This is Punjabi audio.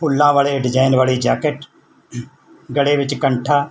ਫੁੱਲਾਂ ਵਾਲੇ ਡਿਜਾਇਨ ਵਾਲੀ ਜੈਕਟ ਗਲੇ ਵਿੱਚ ਕੰਠਾ